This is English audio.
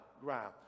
ground